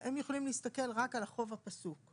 הם יכולים להסתכל רק על החוב הפסוק.